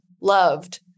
loved